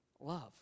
Love